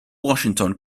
washington